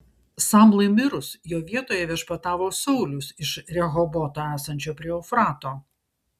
samlai mirus jo vietoje viešpatavo saulius iš rehoboto esančio prie eufrato